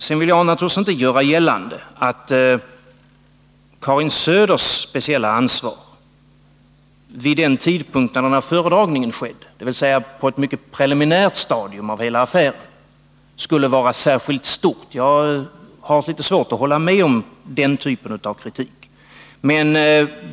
Sedan vill jag naturligtvis inte göra gällande att Karin Söders speciella ansvar vid den tidpunkten då föredragningen skedde, dvs. på ett mycket preliminärt stadium av hela affären, skulle vara särskilt stort. Jag har haft litet svårt att instämma i den typen av kritik.